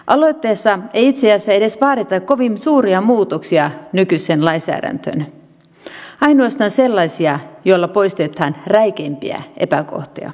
aloitteessa ei itse asiassa edes vaadita kovin suuria muutoksia nykyiseen lainsäädäntöön ainoastaan sellaisia joilla poistetaan räikeimpiä epäkohtia